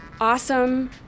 Awesome